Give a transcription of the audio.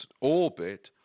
orbit